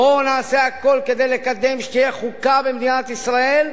בואו נעשה הכול כדי לקדם חוקה למדינת ישראל,